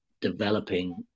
developing